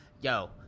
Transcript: yo